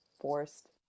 forced